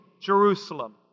Jerusalem